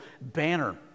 banner